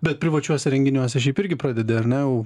bet privačiuose renginiuose šiaip irgi pradedi ar ne jau